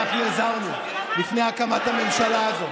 אנחנו הזהרנו לפני הקמת הממשלה הזאת